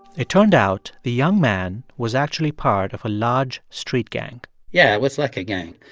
it turned out the young man was actually part of a large street gang yeah, it was like a gang.